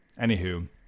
Anywho